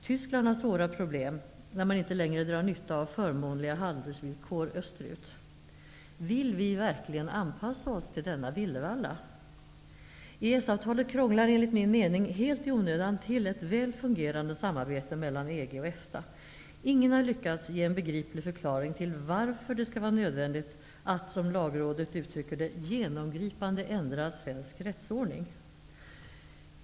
Tyskland har svåra problem, när man inte längre drar nytta av förmånliga handelsvillkor österut. Vill vi verkligen anpassa oss till denna villervalla? EES-avtalet krånglar enligt min mening helt i onödan till ett väl fungerande samarbete mellan EG och EFTA. Ingen har lyckats ge en begriplig förklaring till varför det skall vara nödvändigt att, som Lagrådet uttrycker det, genomgripande ändra svensk rättsordning.